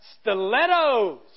stilettos